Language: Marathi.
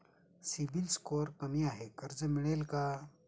सिबिल स्कोअर कमी आहे कर्ज मिळेल का?